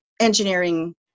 engineering